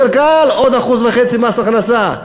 יותר קל עוד 1.5% מס הכנסה.